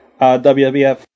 WWF